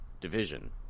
division